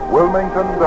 Wilmington